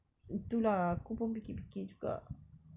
tu lah aku pun fikir-fikir juga